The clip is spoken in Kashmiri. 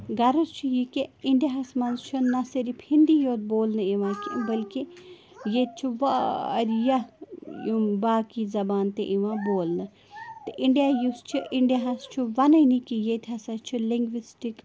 غرض چھُ یہِ کہِ اِنڈیاہَس منٛز چھُ نَہ صرف ہِنٛدی یوت بولنہٕ یِوان کیٚنٛہہ بَلکہِ ییٚتہِ چھُ واریاہ یِم باقی زبان تہِ یِوان بولنہٕ تہِ اِنڈیا یُس چھُ اِنڈیاہَس چھُ وَنٲنی کہِ ییٚتہِ ہسا چھُ لِنٛگوِسٹِک